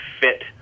fit